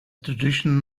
tradition